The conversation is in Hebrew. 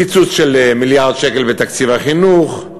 קיצוץ של מיליארד שקל בתקציב החינוך,